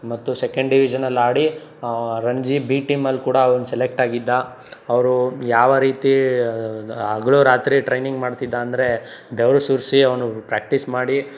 ಮತ್ತು ಸೆಕೆಂಡ್ ಡಿವಿಷನಲ್ಲಿ ಆಡಿ ರಣಜಿ ಬಿ ಟೀಮಲ್ಲಿ ಕೂಡ ಅವ್ನು ಸೆಲೆಕ್ಟ್ ಆಗಿದ್ದ ಅವರು ಯಾವ ರೀತಿ ಹಗಲು ರಾತ್ರಿ ಟ್ರೈನಿಂಗ್ ಮಾಡ್ತಿದ್ದ ಅಂದರೆ ಬೆವರು ಸುರಿಸಿ ಅವನು ಪ್ರ್ಯಾಕ್ಟಿಸ್ ಮಾಡಿ